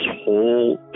whole